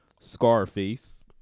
Scarface